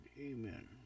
Amen